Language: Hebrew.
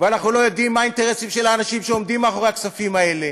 ואנחנו לא יודעים מה האינטרסים של האנשים שעומדים מאחורי הכספים האלה.